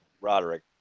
Roderick